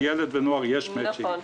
בילד ונוער יש מצ'ינג,